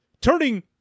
turning